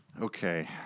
Okay